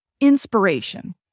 inspiration